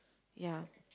ya